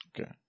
Okay